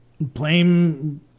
blame